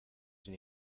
sin